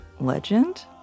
legend